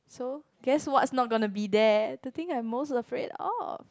so guess what's not gonna be there the thing I'm most afraid of